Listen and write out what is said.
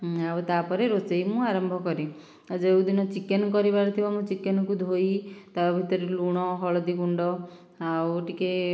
ଆଉ ତାପରେ ରୋଷେଇ ମୁଁ ଆରମ୍ଭ କରେ ଯେଉଁଦିନ ଚିକେନ କରିବାର ଥିବ ମୁଁ ଚିକେନକୁ ଧୋଇ ତା ଭିତରେ ଲୁଣ ହଳଦୀଗୁଣ୍ଡ ଆଉ ଟିକେ